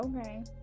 okay